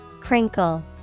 Crinkle